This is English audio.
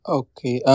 okay